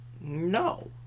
No